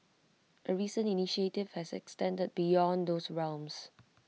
A recent initiative has extended beyond those realms